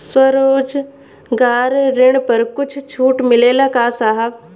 स्वरोजगार ऋण पर कुछ छूट मिलेला का साहब?